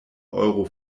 euro